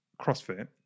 CrossFit